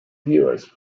viewers